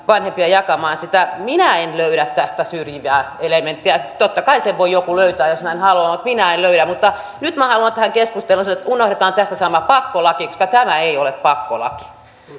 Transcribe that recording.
vanhempia jakamaan sitä minä en löydä tästä syrjivää elementtiä totta kai sen voi joku löytää jos näin haluaa mutta minä en löydä mutta nyt minä haluan tähän keskusteluun sanoa että unohdetaan tästä sana pakkolaki koska tämä ei ole pakkolaki